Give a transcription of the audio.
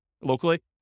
locally